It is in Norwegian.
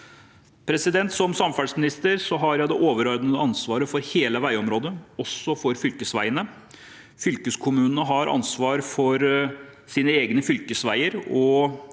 Som samferdselsminister har jeg det overordnede ansvaret for hele veiområdet – også for fylkesveiene. Fylkeskommunene har ansvar for sine egne fylkesveier,